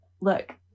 look